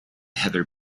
heather